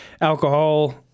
alcohol